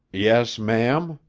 yes, ma'am.